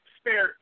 spare –